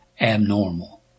abnormal